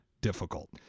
difficult